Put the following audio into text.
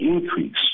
increase